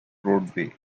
roadway